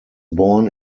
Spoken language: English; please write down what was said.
born